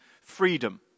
freedom